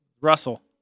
Russell